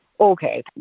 Okay